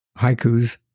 haikus